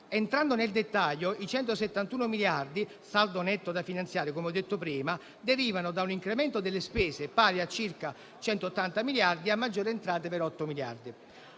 Entrando nel dettaglio, i 171 miliardi - saldo netto da finanziare, come ho detto prima - derivano da un incremento delle spese, pari a circa 180 miliardi, e a maggiori entrate per 8 miliardi.